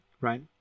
right